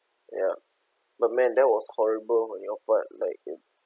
ya but man that was horrible on your part like